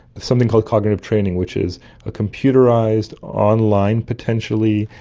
something called cognitive training which is a computerised, online potentially,